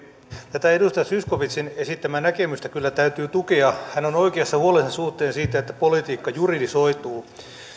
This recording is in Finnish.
tätä edustaja zyskowiczin esittämää näkemystä kyllä täytyy tukea hän on oikeassa huolensa suhteen siinä että politiikka juridisoituu